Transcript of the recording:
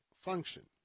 function